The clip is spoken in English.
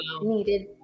needed